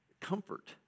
comfort